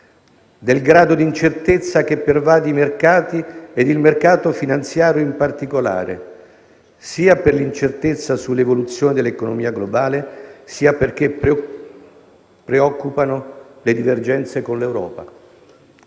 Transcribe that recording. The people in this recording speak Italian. del grado d'incertezza che pervade i mercati e il mercato finanziario in particolare, sia per l'incertezza sull'evoluzione dell'economia globale, sia perché preoccupano le divergenze con l'Europa.